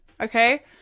Okay